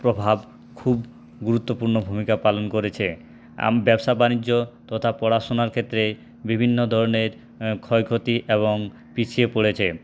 প্রভাব খুব গুরুত্বপূর্ণ ভূমিকা পালন করেছে আম ব্যবসা বাণিজ্য তথা পড়াশোনার ক্ষেত্রে বিভিন্ন ধরণের ক্ষয়ক্ষতি এবং পিছিয়ে পড়েছে